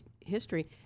history